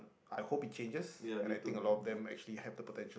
I hope it changes and I think a lot of them actually have the potential